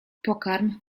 pokarm